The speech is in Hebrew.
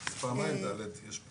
יש פה פעמיים (ד).